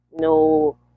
no